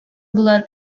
болар